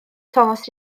thomas